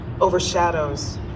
overshadows